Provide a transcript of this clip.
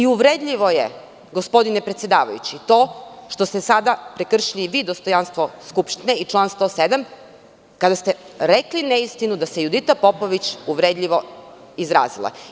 Uvredljivo je, gospodine predsedavajući, to što ste sada prekršili dostojanstvo Skupštine i član 107. kada ste rekli neistinu da se Judita Popović uvredljivo izrazila.